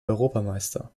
europameister